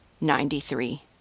Ninety-three